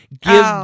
Give